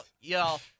Y'all